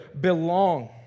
belong